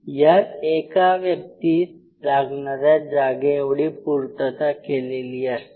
यात एका व्यक्तीस लागणाऱ्या जागेएवढी पूर्तता केलेली असते